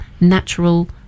natural